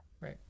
Right